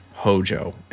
hojo